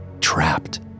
trapped